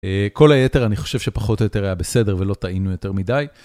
כל היתר אני חושב שפחות או יותר היה בסדר ולא טעינו יותר מדי.